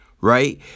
Right